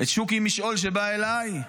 את שוקי משעול, שבא אליי?